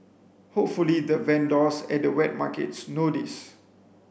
hopefully the vendors at the wet markets know this